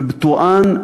ובטורעאן,